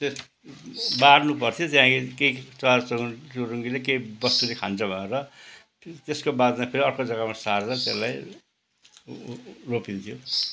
त्यो बार्नु पर्थ्यो त्यहाँ के के चराचुरुङ्गले केही वस्तुले खान्छ भनेर त्यसको बादमा फेरि अर्को जग्गामा सारेर त्यसलाई रोपिन्थ्यो